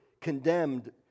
condemned